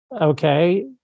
okay